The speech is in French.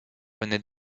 venait